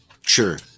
Sure